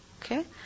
Okay